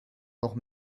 noch